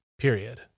Period